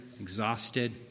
exhausted